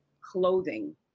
clothing